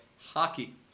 hockey